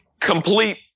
complete